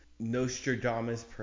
Nostradamus